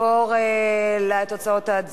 הצעת חוק לתיקון פקודת הראיות (דרישת הסיוע להרשעה על-פי הודאה),